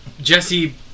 Jesse